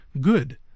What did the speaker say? Good